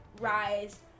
rise